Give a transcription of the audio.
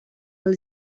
hell